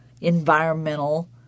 environmental